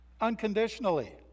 unconditionally